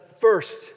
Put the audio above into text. first